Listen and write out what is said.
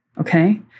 okay